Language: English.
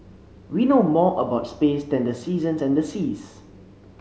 we know more about space than the seasons and the seas